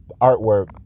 artwork